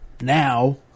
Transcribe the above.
Now